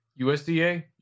USDA